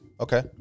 Okay